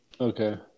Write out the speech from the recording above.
Okay